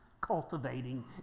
cultivating